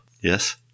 Yes